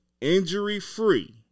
injury-free